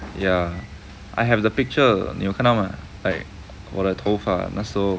ya I have the picture 你有看到吗 like 我的头发那时候